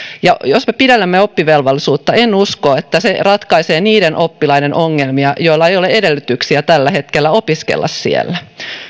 jos me pidennämme oppivelvollisuutta en usko että se ratkaisee niiden oppilaiden ongelmia joilla ei ole edellytyksiä tällä hetkellä opiskella siellä